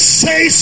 say